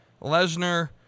Lesnar